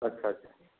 अच्छा अच्छा है